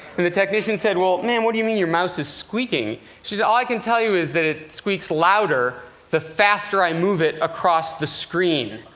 and the technician said, well, ma'am, what do you mean your mouse is squeaking? she says, all i can tell you is that it squeaks louder, the faster i move it across the screen.